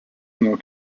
nuo